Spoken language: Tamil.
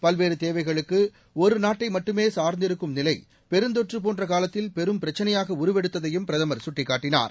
பல்வேறு தேவைகளுக்கு ஒரு நாட்டை மட்டுமே சார்ந்திருக்கும் நிலை பெருந்தொற்று போன்ற காலத்தில் பெரும் பிரச்சினையாக உருவெடுத்ததையும் பிரதமர் சுட்டிக்காட்டினார்